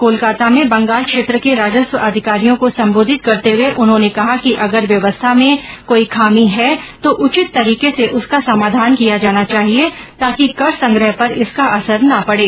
कोलकाता में बंगाल क्षेत्र के राजस्व अधिकारियों को सम्बोधित करते हुए उन्होंने कहा कि अगर व्यवस्था में कोई खामी है तो उचित तरीके से उसका समाधान किया जाना चाहिए ताकि कर संग्रह पर इसका असर ना पड़े